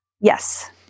Yes